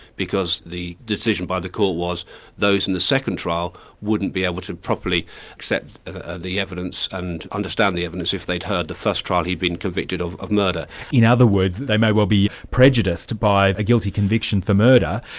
because the decision by the court was those in the second trial wouldn't be able to properly accept ah the evidence and understand the evidence if they'd heard the first trial he'd been convicted of of murder. in other words, they may well be prejudiced by a guilty conviction for murder,